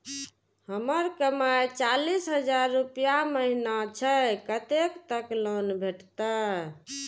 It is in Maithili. हमर कमाय चालीस हजार रूपया महिना छै कतैक तक लोन भेटते?